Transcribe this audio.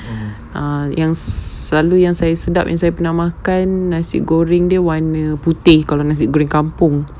err yang se~ selalu yang saya sedap yang saya namakan nasi goreng dia warna putih kalau nasi goreng kampung